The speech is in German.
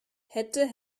hätte